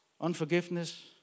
unforgiveness